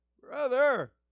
Brother